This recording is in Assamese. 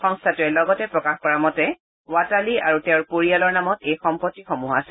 সংস্থাটোৱে লগতে প্ৰকাশ কৰা মেত ৱাটালী আৰু তেওঁৰ পৰিযালৰ নামত ই সম্পত্তিসমূহ আছে